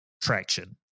traction